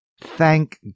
Thank